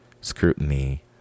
scrutiny